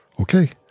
Okay